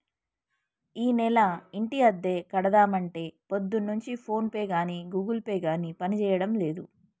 ఈనెల ఇంటి అద్దె కడదామంటే పొద్దున్నుంచి ఫోన్ పే గాని గూగుల్ పే గాని పనిచేయడం లేదు